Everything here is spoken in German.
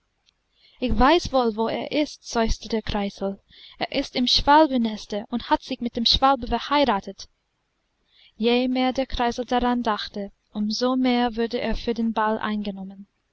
ich weiß wohl wo er ist seufzte der kreisel er ist im schwalbenneste und hat sich mit der schwalbe verheiratet je mehr der kreisel daran dachte um so mehr wurde er für den ball eingenommen